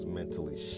mentally